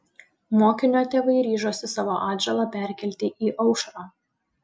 mokinio tėvai ryžosi savo atžalą perkelti į aušrą